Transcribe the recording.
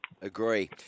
Agree